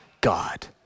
God